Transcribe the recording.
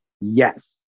yes